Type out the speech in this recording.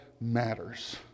matters